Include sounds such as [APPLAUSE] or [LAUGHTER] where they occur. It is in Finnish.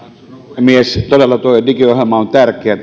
puhemies todella tuo digiohjelma on tärkeä [UNINTELLIGIBLE]